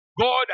God